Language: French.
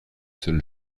seul